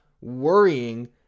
worrying